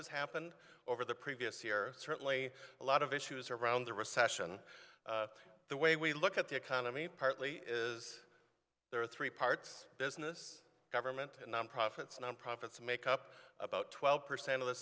has happened over the previous year certainly a lot of issues around the recession the way we look at the economy partly is there are three parts business government and nonprofits nonprofits make up about twelve percent of the